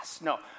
No